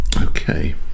Okay